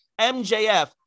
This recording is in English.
MJF